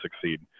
succeed